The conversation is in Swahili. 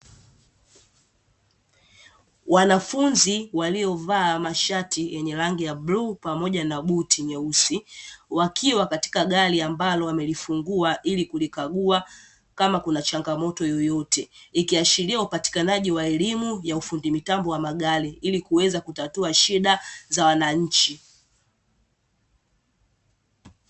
Wanafunzi waliovaa mashati yenye rangi ya bluu pamoja na buti nyeusi, wakiwa katika gari ambalo wamelifungua ili kulikagua kama kuna changamoto yeyote, ikiashiria upatikanaji wa elimu ya ufundi mitambo wa magari ili kuweza kutatua shida za wananchi.